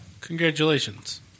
congratulations